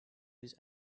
was